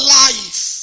life